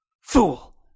Fool